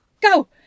go